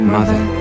Mother